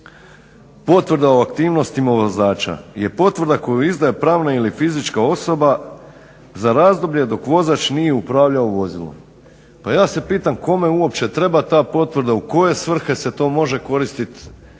Potvrda o aktivnostima vozača je potvrda koju izdaje pravna ili fizička osoba za razdoblje dok vozač nije upravljao vozilom. Pa ja se pitam kome uopće treba ta potvrda, u koje svrhe se to može koristiti,